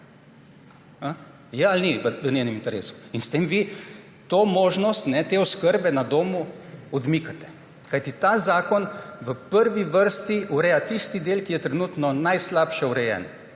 Je ali ni v njenem interesu? S tem vi to možnost te oskrbe na domu odmikate, kajti ta zakon v prvi vrsti ureja tisti del, ki je trenutno najslabše urejen,